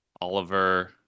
Oliver